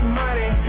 money